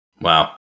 Wow